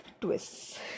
twists